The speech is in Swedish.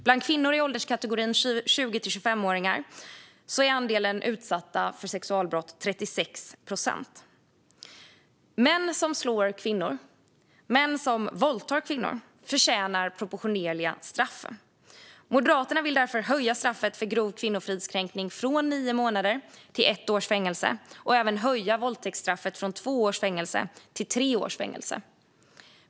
Bland kvinnor i ålderskategorin 20-24 är andelen som utsatts för sexualbrott 36 procent. Män som slår kvinnor och män som våldtar kvinnor förtjänar proportionerliga straff. Moderaterna vill därför höja straffet för grov kvinnofridskränkning från nio månaders fängelse till ett års fängelse och även höja våldtäktsstraffet från två års fängelse till tre års fängelse.